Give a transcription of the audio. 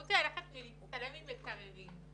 חוץ מללכת ולהצטלם עם מקררים,